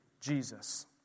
Jesus